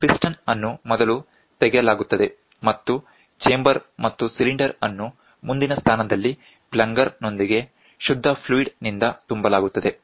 piston ಅನ್ನು ಮೊದಲು ತೆಗೆಯಲಾಗುತ್ತದೆ ಮತ್ತು ಚೇಂಬರ್ ಮತ್ತು ಸಿಲಿಂಡರ್ ಅನ್ನು ಮುಂದಿನ ಸ್ಥಾನದಲ್ಲಿ ಪ್ಲಂಗರ್ ನೊಂದಿಗೆ ಶುದ್ಧ ಫ್ಲೂಯಿಡ್ ನಿಂದ ತುಂಬಲಾಗುತ್ತದೆ